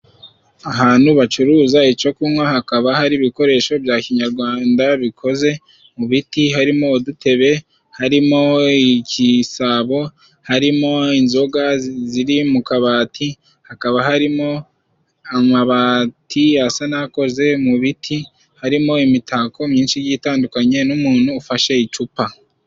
Ahantu bacuruza icyo kunywa hakaba hari ibikoresho bya kinyagwanda bikoze mu biti, harimo udutebe, harimo ikisabo, harimo inzoga ziri mu kabati, hakaba harimo amabati asa n'akoze mu biti, harimo imitako myinshi igiye itandukanye n'umuntu ufashe icupa.